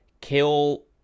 kill